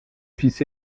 fils